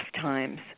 times